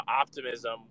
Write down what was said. optimism